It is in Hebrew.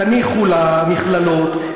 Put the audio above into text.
תניחו למכללות,